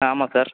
ஆமாம் சார்